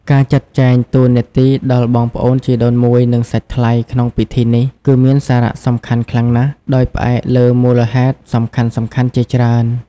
ការចាត់ចែងតួនាទីដល់បងប្អូនជីដូនមួយ និងសាច់ថ្លៃក្នុងពិធីនេះ គឺមានសារៈសំខាន់ខ្លាំងណាស់ ដោយផ្អែកលើមូលហេតុសំខាន់ៗជាច្រើន។